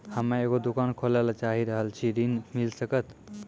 हम्मे एगो दुकान खोले ला चाही रहल छी ऋण मिल सकत?